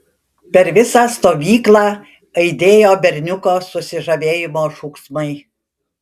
per visą stovyklą aidėjo berniuko susižavėjimo šūksmai